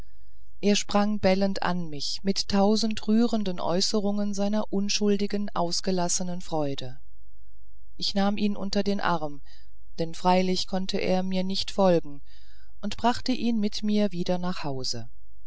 er sprang bellend an mich mit tausend rührenden äußerungen seiner unschuldigen ausgelassenen freude ich nahm ihn unter den arm denn freilich konnte er mir nicht folgen und brachte ihn mit mir wieder nach hause